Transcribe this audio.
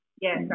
Yes